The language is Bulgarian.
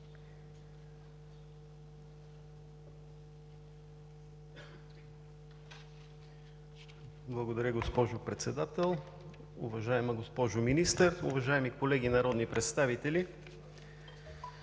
Благодаря, госпожо Председател. Уважаема госпожо Министър, уважаеми колеги народни представители!